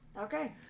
Okay